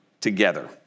together